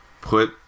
put